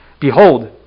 Behold